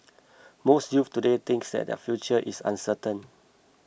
most youths today think that their future is uncertain